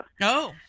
No